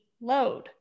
load